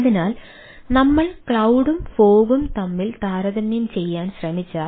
അതിനാൽ നമ്മൾ ക്ലൌഡും ഫോഗും തമ്മിൽ താരതമ്യം ചെയ്യാൻ ശ്രമിച്ചാൽ